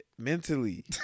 Mentally